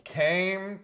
came